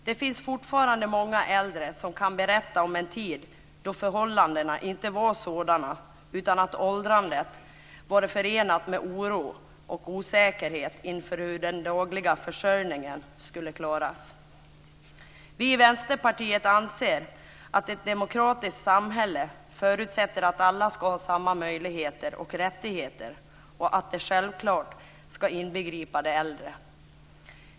Det finns fortfarande många äldre som kan berätta om en tid då förhållandena inte var sådana utan att åldrandet var förenat med oro och osäkerhet inför hur den dagliga försörjningen skulle klaras. Vi i Vänsterpartiet anser att ett demokratiskt samhälle förutsätter att alla får samma möjligheter och rättigheter och att det alldeles självklart ska inbegripa de äldre.